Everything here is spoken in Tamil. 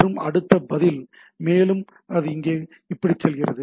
மற்றும் அடுத்த பதில் மேலும் இது இப்படியே செல்கிறது